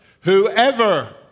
whoever